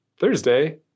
Thursday